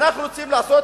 אנחנו רוצים לעשות